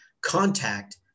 contact